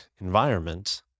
environment